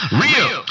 real